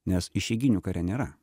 nes išeiginių kare nėra